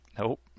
Nope